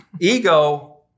Ego